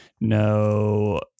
no